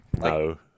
No